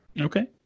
Okay